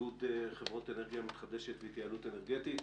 מאיגוד חברות אנרגיה מתחדשת והתייעלות אנרגטית.